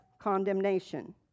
condemnation